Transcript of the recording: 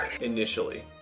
Initially